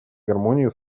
гармонии